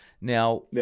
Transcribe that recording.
now